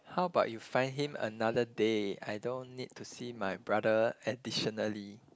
how about you find him another day I don't need to see my brother additionally